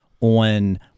on